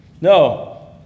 No